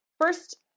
First